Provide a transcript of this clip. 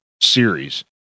series